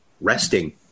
resting